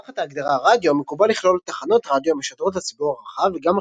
תחת ההגדרה "רדיו" מקובל לכלול תחנות רדיו המשדרות לציבור הרחב וגם